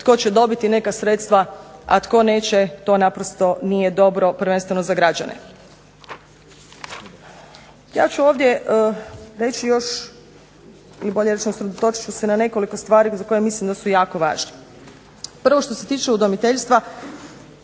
tko će dobiti neka sredstva a tko neće to naprosto nije dobro, prvenstveno za građane. Ja ću ovdje reći još i bolje rečeno usredotočit ću se na nekoliko stvari za koje mislim da su jako važne. Prvo što se tiče udomiteljstva,